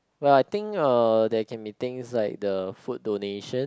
well I think uh there can be things like the food donation